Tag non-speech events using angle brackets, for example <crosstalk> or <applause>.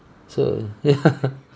so ya <laughs>